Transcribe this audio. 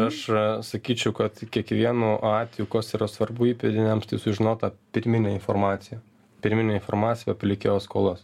aš sakyčiau kad kiekvienu atveju kas yra svarbu įpėdiniams tai sužinot tą pirminę informaciją pirminę informaciją palikėjo skolas